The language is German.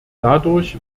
dadurch